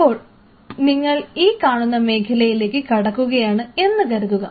ഇപ്പോൾ നിങ്ങൾ ഈ കാണുന്ന മേഖലയിലേക്ക് കടക്കുകയാണ് എന്ന് കരുതുക